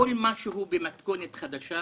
כל מה שהוא במתכונת חדשה